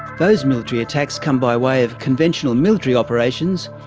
those military attacks come by way of conventional military operations,